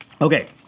Okay